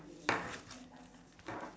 per preparations of fruits right